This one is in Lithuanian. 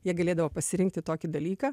jie galėdavo pasirinkti tokį dalyką